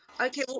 okay